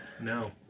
No